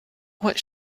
what